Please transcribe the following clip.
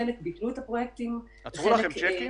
חלק ביטלו את הפרויקטים --- עצרו לכם צ'קים,